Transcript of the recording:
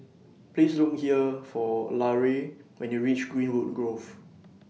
Please Look here For Larae when YOU REACH Greenwood Grove